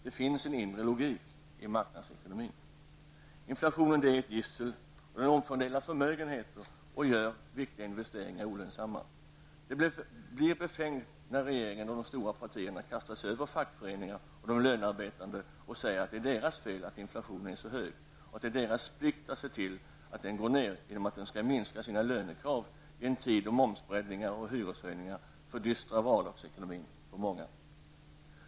Det finns en inre logik i marknadsekonomin. Inflationen är ett gissel. Den omfördelar förmögenheter och gör viktiga investeringar olönsamma. Det blir befängt när regeringen och de stora partierna kastar sig över fackföreningar och de lönearbetande och säger att det är deras fel att inflationen är så hög och att det är deras plikt att se till att den går ner genom att de skall minska sina lönekrav i en tid då momsbreddningar och hyreshöjningar fördystrar vardagsekonomin för många.